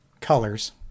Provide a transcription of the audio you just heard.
Colors